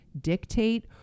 dictate